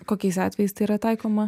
kokiais atvejais tai yra taikoma